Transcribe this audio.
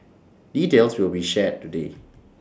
details will be shared today